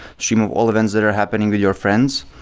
stream of all events that are happening with your friends.